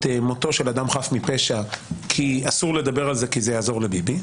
מותו של אדם חף מפשע כי אסור לדבר על זה כי זה יעזור לביבי.